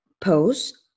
post